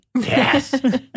Yes